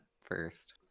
first